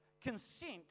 consent